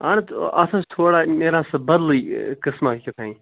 اَہَن حظ اَتھ اوس تھوڑا نیران سُہ بَدلٕے قٕسماہ کیٛاہتانۍ